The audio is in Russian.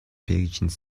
перечень